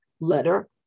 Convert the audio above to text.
letter